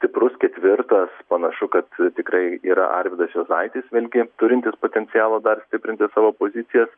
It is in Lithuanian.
stiprus ketvirtas panašu kad tikrai yra arvydas juozaitis vėlgi turintis potencialo dar stiprinti savo pozicijas